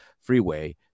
freeway